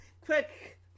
quick